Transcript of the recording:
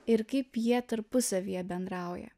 ir kaip jie tarpusavyje bendrauja